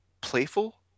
playful